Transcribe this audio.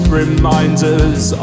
reminders